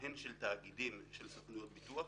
הן של תאגידים וסוכנויות ביטוח,